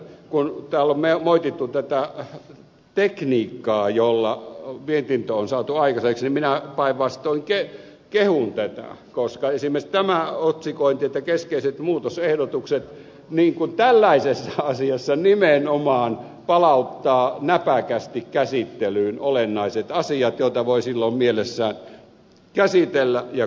kun täällä on moitittu tätä tekniikkaa jolla mietintö on saatu aikaiseksi niin minä päinvastoin kehun tätä koska esimerkiksi tämä otsikointi keskeiset muutosehdotukset tällaisessa asiassa nimenomaan palauttaa näpäkästi käsittelyyn olennaiset asiat joita voi silloin mielessään käsitellä ja kommentoida